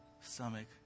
stomach